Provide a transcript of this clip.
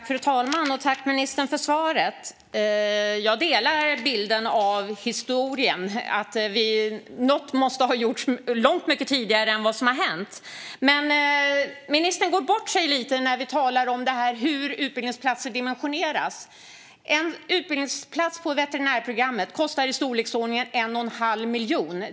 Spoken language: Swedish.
Fru talman! Jag tackar ministern för svaret. Jag delar bilden av historien och att något borde ha gjorts långt mycket tidigare än vad som är fallet, men ministern går bort sig lite när vi talar om det här med hur utbildningsplatser dimensioneras. En utbildningsplats på veterinärprogrammet kostar i storleksordningen 1 1⁄2 miljon.